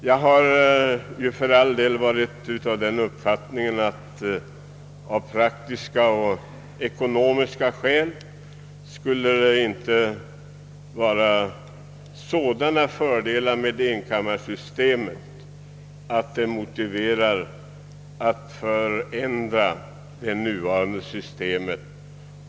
Jag har varit av den uppfattningen att det från praktisk och ekonomisk synpunkt inte är så stora fördelar med enkammarsystemet att dessa skulle motivera en ändring av nuvarande sy stem.